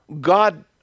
God